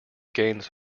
gains